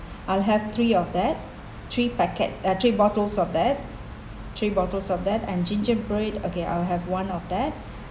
I'll have three of that three packet uh three bottles of that three bottles of that and ginger bread okay I'll have one of that